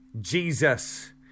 Jesus